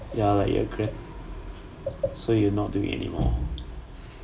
ya like a grad so you no doing anymore